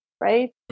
right